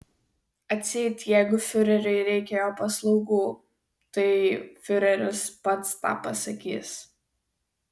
atseit jeigu fiureriui reikia jo paslaugų tai fiureris pats tą pasakys